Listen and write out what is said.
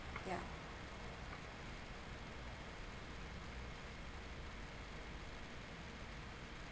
yeah